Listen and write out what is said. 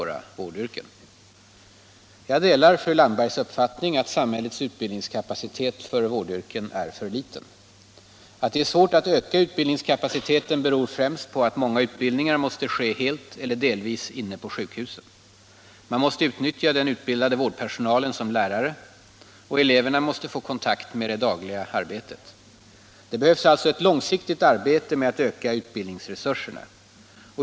Jag delar fru Landbergs uppfattning att samhällets utbildningskapacitet för vårdyrken är för liten. Att det är svårt att öka utbildningskapaciteten beror främst på att många utbildningar måste ske helt eller delvis inne på sjukhusen. Man måste utnyttja den utbildade vårdpersonalen som lärare, och eleverna måste få kontakt med det dagliga arbetet. Det behövs alltså ett långsiktigt arbete med att öka utbildningsresurserna.